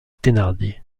thénardier